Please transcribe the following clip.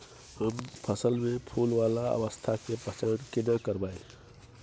हम फसल में फुल वाला अवस्था के पहचान केना करबै?